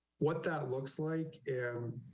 what that looks like and